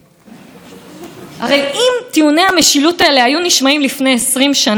היינו חיים היום במדינה שבה אין שוויון זכויות בהרבה דברים: לנשים,